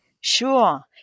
Sure